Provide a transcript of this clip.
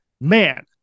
Man